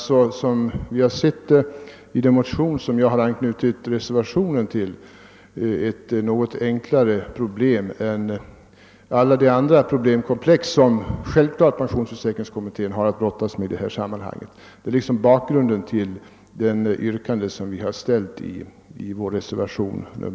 Som vi har sett det i de motioner till vilka vår reservation knytes an, är just det här problemet något enklare än alla de andra problemkomplex som pensionsförsäkringskommittén har att brottas med och detta är alltså bakgrunden till yrkandet i reservationen I.